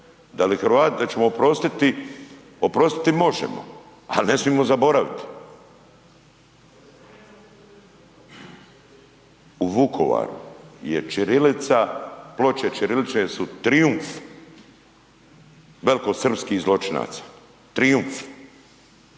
Da li Hrvati, da ćemo oprostiti, oprostiti možemo, ali ne smijemo zaboraviti. U Vukovar je ćirilica, ploče ćirilične su trijumf velkosrpskih zločinaca, trijumf.